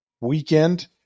weekend